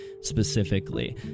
specifically